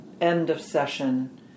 end-of-session